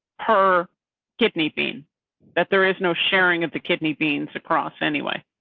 her kidney being that there is no sharing of the kidney beans across anyway.